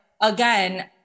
again